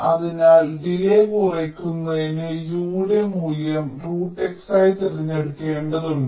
അതിനാൽ ഡിലേയ്യ് കുറയ്ക്കുന്നതിന് U യുടെ മൂല്യം X ആയി തിരഞ്ഞെടുക്കേണ്ടതുണ്ട്